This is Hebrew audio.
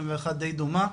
דיי דומה.